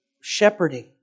shepherding